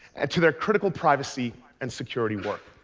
and to their critical privacy and security work.